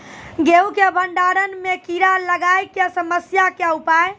गेहूँ के भंडारण मे कीड़ा लागय के समस्या के उपाय?